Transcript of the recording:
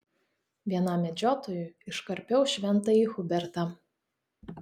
vienam medžiotojui iškarpiau šventąjį hubertą